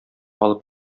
алып